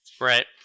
Right